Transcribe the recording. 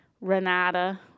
Renata